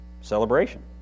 celebration